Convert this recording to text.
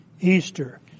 Easter